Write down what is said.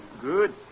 Good